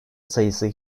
sayısı